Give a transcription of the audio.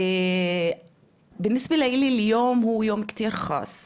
יש לו חיסיון,